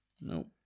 No